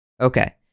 Okay